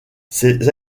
ces